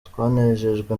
twanejejwe